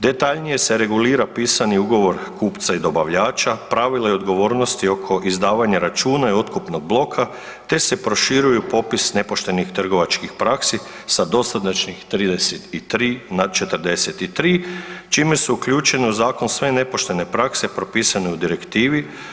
Detaljnije se regulira pisani ugovor kupca i dobavljača, pravila i odgovornosti oko izdavanja računa i otkupnog bloka, te se proširuju popis nepoštenih trgovačkih praksi sa dosadašnjih 33 na 43, čime su uključene u zakon sve nepoštene prakse propisane u direktivi.